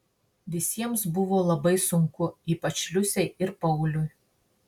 visiems buvo labai sunku ypač liusei ir pauliui